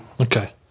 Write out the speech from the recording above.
Okay